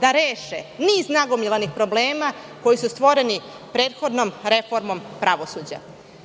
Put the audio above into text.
da reše niz nagomilanih problema koji su stvoreni prethodnom reformom pravosuđa. Petnaest